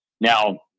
Now